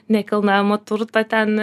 nekilnojamo turto ten